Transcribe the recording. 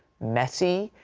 messy,